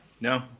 No